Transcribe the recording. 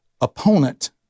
opponent